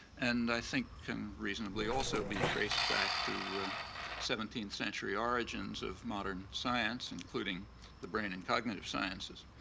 and i think can reasonably also be traced back to seventeenth century origins of modern science, including the brain and cognitive sciences.